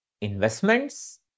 investments